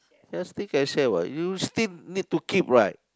ya still can share what you still need to keep right